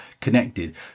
connected